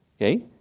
Okay